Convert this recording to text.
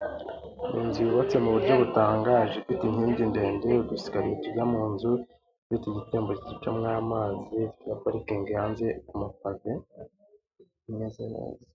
Iyo nzu yubatse mu buryo butangaje ifite inkingi ndende udusikariye tujya mu nzu, ifite igitembo gicamo amazi ifite na parikingi hanze ku mapave imeze neza.